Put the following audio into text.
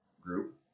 group